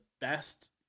best